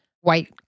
white